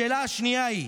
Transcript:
2. השאלה השנייה היא,